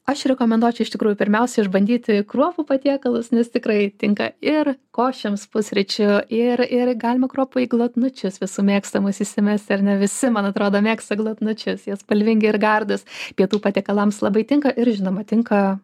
aš rekomenduočiau iš tikrųjų pirmiausia išbandyti kruopų patiekalus nes tikrai tinka ir košėms pusryčių ir ir galima kruopų į glotnučius visų mėgstamus įsimesti ar ne visi man atrodo mėgsta glotnučius jie spalvingi ir gardūs pietų patiekalams labai tinka ir žinoma tinka